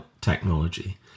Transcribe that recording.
technology